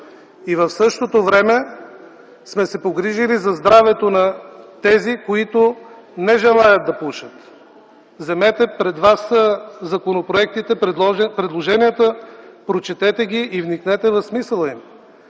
В същото време сме се погрижили за здравето на тези, които не желаят да пушат. Вземете – пред вас са законопроектите, предложенията, прочетете ги и вникнете в смисъла им.